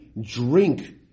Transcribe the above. drink